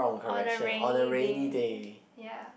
on a rainy day ya